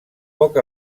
poc